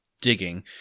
digging